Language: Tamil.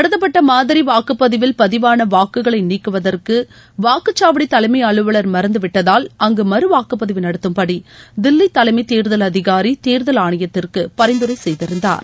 நடத்தப்பட்ட மாதிரி வாக்குப்பதிவில் பதிவான வாக்குகளை நீக்குவதற்கு வாக்குச்சாவடி தலைமை அலுவலர் மறுந்துவிட்டதால் அங்கு மறு வாக்குப்பதிவு நடத்தும்படி தில்லி தலைமை தேர்தல் அதிகாரி தேர்தல் ஆணையத்திற்கு பரிந்துரை செய்திருந்தார்